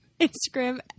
Instagram